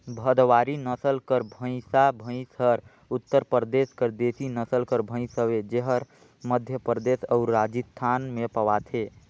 भदवारी नसल कर भंइसा भंइस हर उत्तर परदेस कर देसी नसल कर भंइस हवे जेहर मध्यपरदेस अउ राजिस्थान में पवाथे